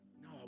No